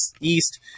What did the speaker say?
East